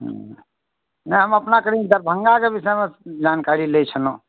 हूँ नहि हम अपना कनि दरभङ्गाके विषयमे जानकारी लै छलहुँ